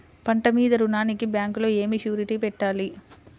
పంట మీద రుణానికి బ్యాంకులో ఏమి షూరిటీ పెట్టాలి?